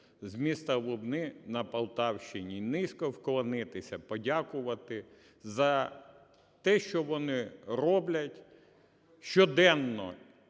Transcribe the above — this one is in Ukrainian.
з міста Лубни на Полтавщині. Низько вклонитися, подякувати за те, що вони роблять щоденно